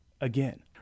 again